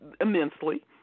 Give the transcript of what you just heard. immensely